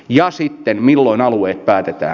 ja sitten milloin alueet päätetään